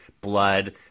blood